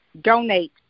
donate